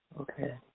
Okay